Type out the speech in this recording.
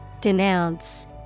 Denounce